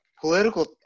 political